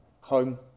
home